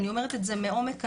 אני אומרת את זה מעומק הלב,